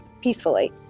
peacefully